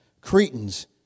Cretans